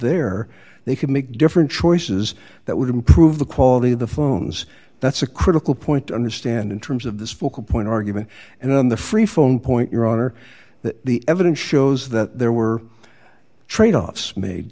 there they could make different choices that would improve the quality of the phones that's a critical point to understand in terms of this focal point argument and on the freephone point your honor that the evidence shows that there were tradeoffs made